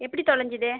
எப்படி தொலைஞ்சிது